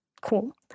cool